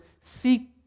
seek